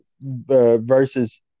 versus